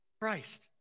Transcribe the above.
Christ